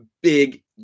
Big